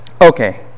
Okay